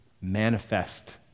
Manifest